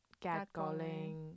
cat-calling